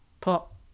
pop